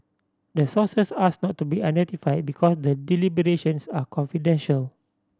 the sources asked not to be identified because the deliberations are confidential